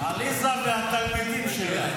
עליזה והתלמידים שלה.